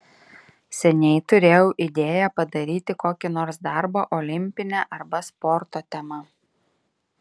seniai turėjau idėją padaryti kokį nors darbą olimpine arba sporto tema